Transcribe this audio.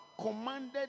commanded